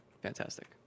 Fantastic